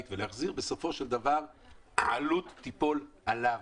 ולהחזיר ובסופו של דבר העלות תיפול עליו,